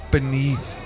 Beneath